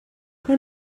que